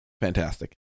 Fantastic